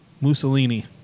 Mussolini